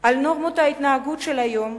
ונורמות ההתנהגות של היום,